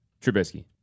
Trubisky